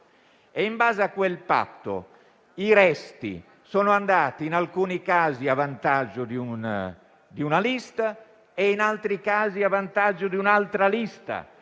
e in base a quel patto i resti sono andati in alcuni casi a vantaggio di una lista e in altri casi a vantaggio di un'altra lista.